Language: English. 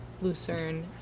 Lucerne